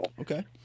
Okay